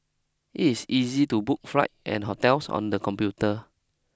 it is easy to book flight and hotels on the computer